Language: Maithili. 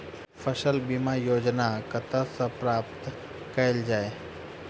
फसल बीमा योजना कतह सऽ प्राप्त कैल जाए?